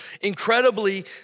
incredibly